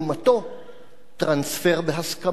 טרנספר בהסכמה, בין מדינות,